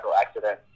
accident